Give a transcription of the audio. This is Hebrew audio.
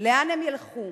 לאן הם ילכו?